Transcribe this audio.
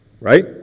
Right